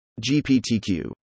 GPTQ